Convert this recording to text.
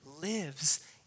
lives